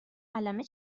قلمه